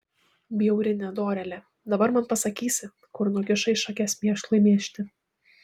bjauri nedorėle dabar man pasakysi kur nukišai šakes mėšlui mėžti